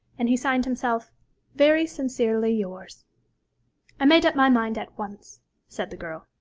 and he signed himself very sincerely yours i made up my mind at once said the girl,